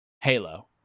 Halo